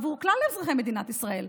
עבור כלל אזרחי מדינת ישראל,